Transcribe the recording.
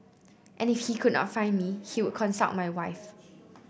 and if he could not find me he would consult my wife